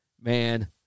Man